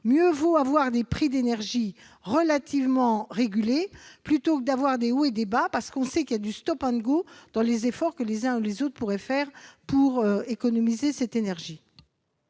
mieux vaut avoir des prix de l'énergie relativement régulés plutôt que des hauts et des bas, parce qu'on sait qu'il existe des effets de dans les efforts que les uns ou les autres pourraient faire pour économiser l'énergie.